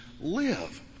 live